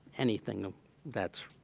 anything that's,